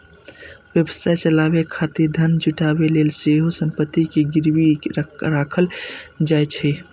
व्यवसाय चलाबै खातिर धन जुटाबै लेल सेहो संपत्ति कें गिरवी राखल जाइ छै